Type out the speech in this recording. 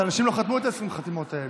אנשים לא חתמו את 20 החתימות האלה.